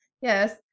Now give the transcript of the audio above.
Yes